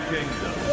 Kingdom